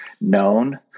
known